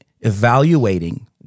evaluating